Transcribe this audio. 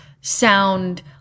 sound